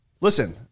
Listen